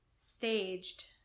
staged